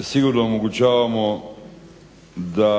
sigurno omogućavamo da